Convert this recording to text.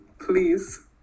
Please